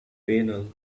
banal